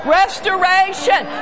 restoration